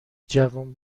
جوون